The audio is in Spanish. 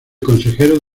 consejero